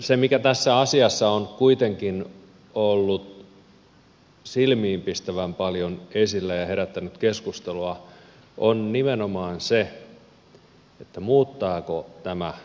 se mikä tässä asiassa on kuitenkin ollut silmiinpistävän paljon esillä ja herättänyt keskustelua on nimenomaan se muuttaako tämä kilpailutilannetta